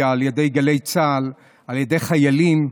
צה"ל, על ידי חיילים,